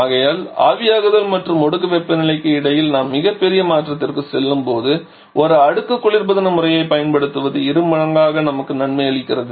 ஆகையால் ஆவியாகுதல் மற்றும் ஒடுக்க வெப்பநிலைகளுக்கு இடையில் நாம் மிகப் பெரிய மாற்றத்திற்குச் செல்லும்போது ஒரு அடுக்கு குளிர்பதன முறையைப் பயன்படுத்துவது இரு மடங்காக நமக்கு நன்மை அளிக்கிறது